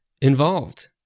involved